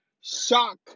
Shock